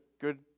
good